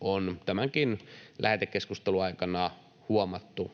on tämänkin lähetekeskustelun aikana huomattu